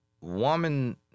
woman